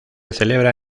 celebra